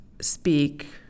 speak